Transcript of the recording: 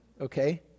okay